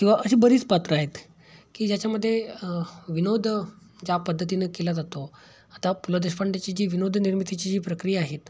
किंवा अशी बरीच पात्र आहेत की ज्याच्यामध्ये विनोद ज्या पद्धतीनं केला जातो आता पु ल देशपांडेची जी विनोदनिर्मितीची जी प्रक्रिया आहेत